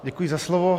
Děkuji za slovo.